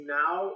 now